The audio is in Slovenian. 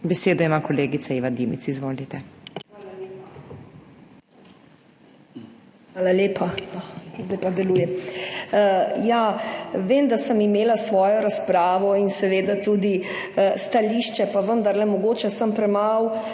Besedo ima kolegica Iva Dimic. Izvolite. IVA DIMIC (PS NSi): Hvala lepa. Zdaj pa deluje. Ja, vem da sem imela svojo razpravo in seveda tudi stališče, pa vendarle, mogoče sem premalo